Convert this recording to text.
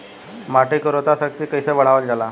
माटी के उर्वता शक्ति कइसे बढ़ावल जाला?